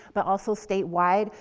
but also statewide,